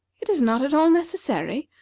it is not at all necessary,